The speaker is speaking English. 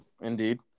Indeed